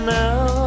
now